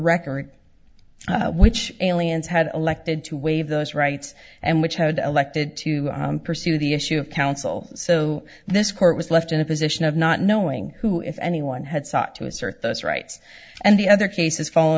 record which aliens had elected to waive those rights and which had elected to pursue the issue of counsel so this court was left in a position of not knowing who if anyone had sought to assert those rights and the other cases fall